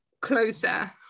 closer